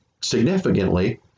significantly